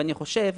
ואני חושב